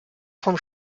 vom